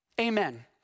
Amen